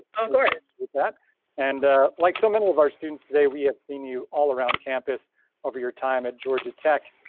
of course. and like so many of our students today, we had seen you all around campus of your time at georgia tech.